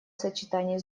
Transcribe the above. сочетании